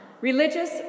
religious